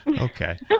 okay